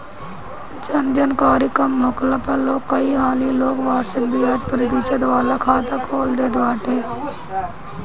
जानकरी कम होखला पअ लोग कई हाली लोग वार्षिक बियाज प्रतिशत वाला खाता खोल देत बाटे